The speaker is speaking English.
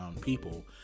people